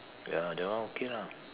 ya that one okay lah